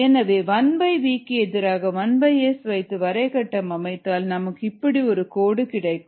எனவே 1v க்கு எதிராக 1S வைத்து வரை கட்டம் அமைத்தால் நமக்கு இப்படி ஒரு கோடு கிடைக்கும்